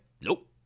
Nope